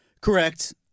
Correct